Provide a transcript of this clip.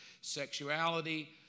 sexuality